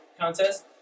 contest